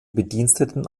bediensteten